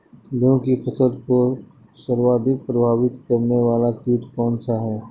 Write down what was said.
गेहूँ की फसल को सर्वाधिक प्रभावित करने वाला कीट कौनसा है?